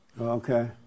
Okay